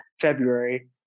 February